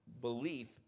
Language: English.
Belief